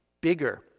bigger